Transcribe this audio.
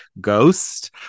Ghost